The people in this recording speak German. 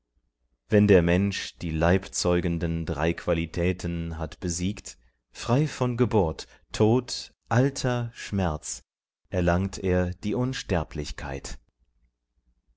wenn der mensch die leibzeugenden drei qualitäten hat besiegt frei von geburt tod alter schmerz erlangt er die unsterblichkeit